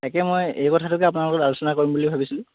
তাকে মই এই কথাটোকে আপোনাৰ লগত আলোচনা কৰিম বুলি ভাবিছিলোঁ